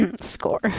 score